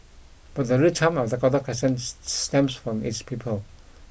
but the real charm of Dakota Crescent stems from its people